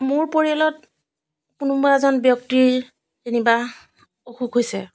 মোৰ পৰিয়ালত কোনোবা এজন ব্য়ক্তিৰ যেনিবা অসুখ হৈছে